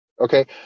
Okay